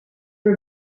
for